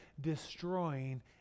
destroying